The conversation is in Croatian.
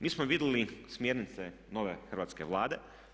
Mi smo vidjeli smjernice nove Hrvatske vlade.